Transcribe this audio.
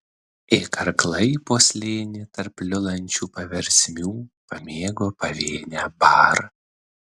ė karklai po slėnį tarp liulančių paversmių pamėgo pavėnę bar